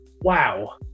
wow